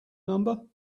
number